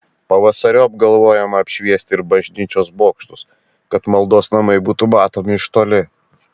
pavasariop galvojama apšviesti ir bažnyčios bokštus kad maldos namai būtų matomi iš toli